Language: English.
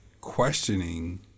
questioning